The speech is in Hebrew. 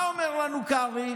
מה אומר לנו קרעי,